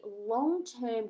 long-term